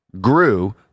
grew